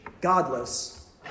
godless